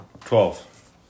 Twelve